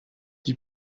die